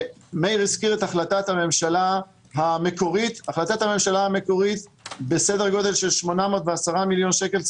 מאיר הזכיר את החלטת הממשלה המקורית בסדר גודל של 810 מיליון שקל.